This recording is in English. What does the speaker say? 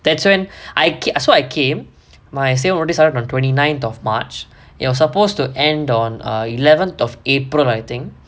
that's when I I so I came my semester already started from twenty ninth of march it was supposed to end on err eleventh of april I think